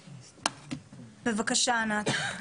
בבקשה, ענת.